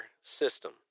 system